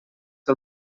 que